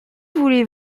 voulez